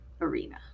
arena